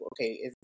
okay